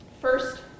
First